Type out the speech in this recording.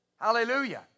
Hallelujah